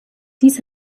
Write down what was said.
dies